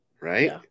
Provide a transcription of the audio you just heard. Right